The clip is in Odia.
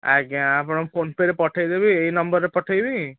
ଆଜ୍ଞା ଆପଣଙ୍କୁ ଫୋନ୍ ପେରେ ପଠାଇ ଦେବି ଏଇ ନମ୍ବରରେ ପଠାଇବି